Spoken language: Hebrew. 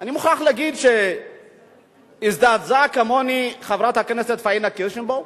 אני מוכרח להגיד שהזדעזעה כמוני חברת כנסת פניה קירשנבאום,